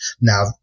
Now